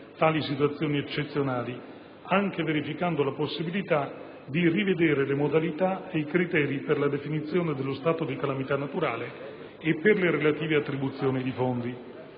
tali situazioni eccezionali, anche verificando la possibilità di rivedere le modalità e i criteri per la definizione dello stato di calamità naturale e per le relative attribuzioni di fondi.